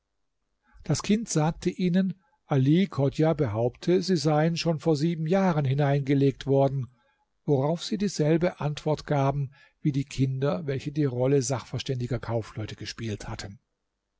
das kind sagte ihnen ali chodjah behaupte sie seien schon vor sieben jahren hineingelegt worden worauf sie dieselbe antwort gaben wie die kinder welche die rolle sachverständiger kaufleute gespielt hatten